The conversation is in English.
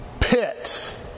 pit